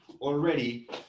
already